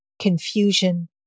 confusion